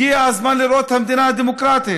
הגיע הזמן לראות את המדינה הדמוקרטית.